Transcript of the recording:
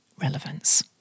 relevance